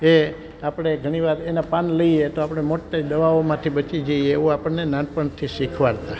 એ આપણે ઘણી વાર એના પાન લઈએ તો આપણે મોટે દવાઓમાંથી બચી જઈએ એવું આપણને નાનપણથી શિખવાડતા